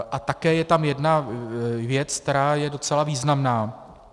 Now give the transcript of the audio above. A také je tam jedna věc, která je docela významná.